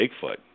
Bigfoot